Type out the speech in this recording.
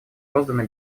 розданы